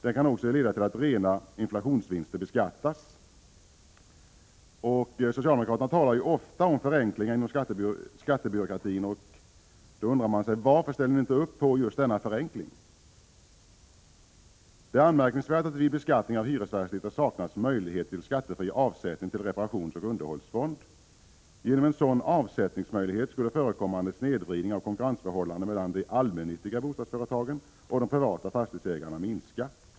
De kan också leda till att rena inflationsvinster beskattas. Socialdemokraterna talar ofta om förenklingar inom skattebyråkratin. Jag undrar därför: Varför ställer ni inte upp på en sådan förenkling? Det är anmärkningsvärt att det vid beskattning av hyresfastigheter saknas 47 möjlighet till skattefri avsättning till reparationsoch underhållsfond. Genom en sådan avsättningsmöjlighet skulle förekommande snedvridning av konkurrensförhållandena mellan de allmännyttiga bostadsföretagen och de privata fastighetsägarna minskas.